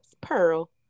Pearl